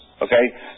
Okay